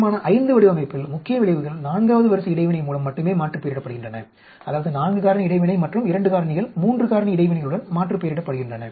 தீர்மான V வடிவமைப்பில் முக்கிய விளைவுகள் 4 வது வரிசை இடைவினை மூலம் மட்டுமே மாற்றுப்பெயரிடப்படுகின்றன அதாவது 4 காரணி இடைவினை மற்றும் 2 காரணிகள் 3 காரணி இடைவினைகளுடன் மாற்றுப்பெயரிடப்படுகின்றன